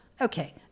Okay